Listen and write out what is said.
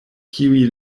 kiuj